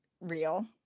real